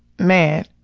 man.